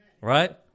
right